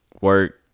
work